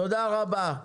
תודה רבה.